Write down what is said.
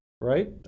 right